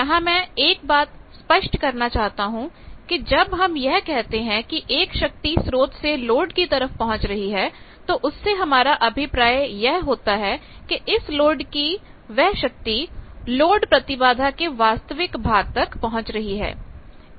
यहां मैं एक बात स्पष्ट करना चाहता हूं कि जब हम यह कहते हैं कि एक शक्ति स्रोत से लोड की तरफ पहुंच रही है तो उससे हमारा अभिप्राय यह होता है इस लोड की वह शक्ति लोड प्रतिबाधा के वास्तविक भाग तक पहुंच रही है